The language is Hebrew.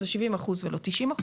אלו 70% ולא 90%,